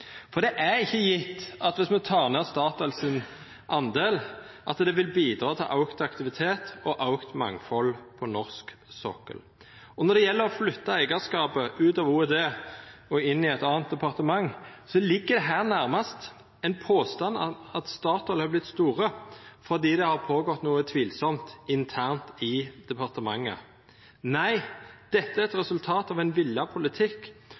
For det er ikkje gjeve at viss me tek ned Statoil sin del, så vil det bidra til auka aktivitet og auka mangfald på norsk sokkel. Når det gjeld å flytta eigarskapen ut av OED og inn i eit anna departement, ligg det her nærmast ein påstand om at Statoil har vorte stort fordi det har hendt noko tvilsamt internt i departementet. Nei, dette er eit resultat av ein vilja politikk.